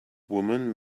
woman